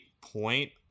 point